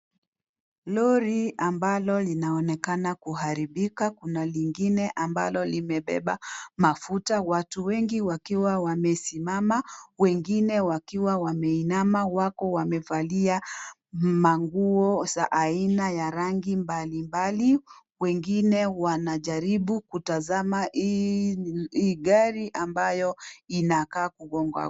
Lori ambalo linaonekana kuharibika, kuna lingine ambalo limebeba mafuta watu wengi wakiwa wamesimama wengine wakiwa wameinama, wako wamevalia manguo za aina ya rangi mbalimbali wengine wanajaribu kutazama hii gari ambayo inakaa kugongwa.